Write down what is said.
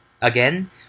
Again